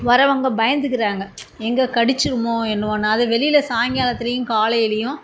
வரவங்க பயந்துக்குறாங்க எங்கள் கடிச்சிருமோ என்னவோன்னு அது வெளியில் சாய்ங்காலத்துலையும் காலைலேயும்